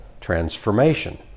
transformation